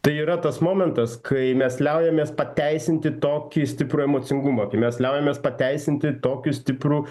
tai yra tas momentas kai mes liaujamės pateisinti tokį stiprų emocingumą kai mes liaujamės pateisinti tokį stiprų